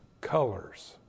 colors